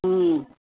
हूं